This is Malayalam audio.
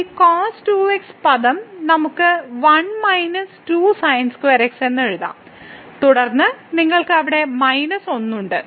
ഈ cos 2x പദം നമുക്ക് 1 മൈനസ് 2 sin2x എന്ന് എഴുതാം തുടർന്ന് നിങ്ങൾക്ക് അവിടെ മൈനസ് 1 ഉണ്ട്